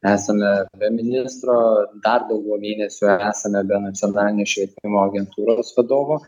esame be ministro dar daugiau mėnesių esame be nacionalinės švietimo agentūros vadovo